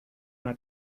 una